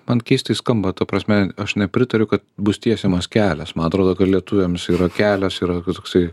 man keistai skamba ta prasme aš nepritariu kad bus tiesiamas kelias man atrodo kad lietuviams yra kelias ir toksai